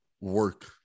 Work